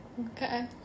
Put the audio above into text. Okay